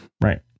Right